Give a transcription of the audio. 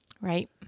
Right